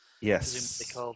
Yes